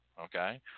Okay